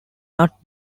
not